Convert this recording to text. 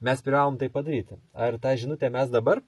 mes privalom tai padaryti ar tą žinutę mes dabar